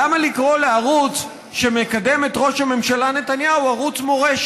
למה לקרוא לערוץ שמקדם את ראש הממשלה נתניהו ערוץ מורשת?